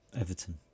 Everton